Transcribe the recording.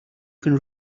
can